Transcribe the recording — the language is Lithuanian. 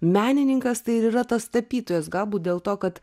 menininkas tai ir yra tas tapytojas galbūt dėl to kad